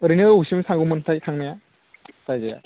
ओरैनो बबेसिम थांगौमोनथाय थांनाया जायगाया